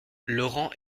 laurent